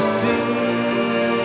see